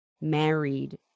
married